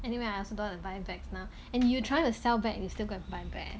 anyway I also don't want to buy bags now and you trying to sell bag you still go and buy bag